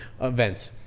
events